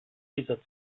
dieser